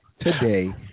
today